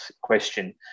question